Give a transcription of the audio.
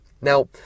now